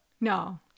No